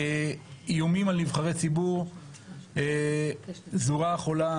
איומים על נבחרי ציבור זו רעה חולה.